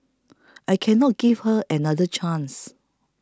I cannot give her another chance